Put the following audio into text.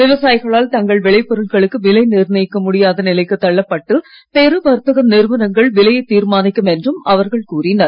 விவசாயிகளால் தங்கள் விளைப் பொருட்களுக்கு விலை நிர்ணயிக்க முடியாத நிலைக்கு தள்ளப்பட்டு பெரு வர்த்தக நிறுவனங்கள் விலையை தீர்மானிக்கும் என்றும் அவர்கள் கூறினர்